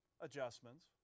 adjustments